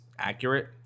accurate